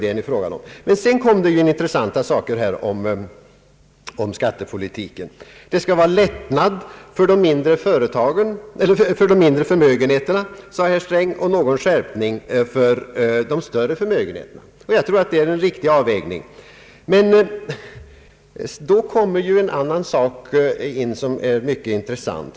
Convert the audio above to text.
Sedan nämnde herr Sträng intressanta saker i fråga om skattepolitiken. En lättnad skall genomföras för de mindre förmögenheterna, sade herr Sträng, och någon skärpning för de större förmögenheterna. Jag tror att det är en riktig avvägning. Men då kommer en annan sak in som är mycket intressant.